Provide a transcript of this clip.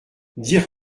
dire